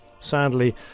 Sadly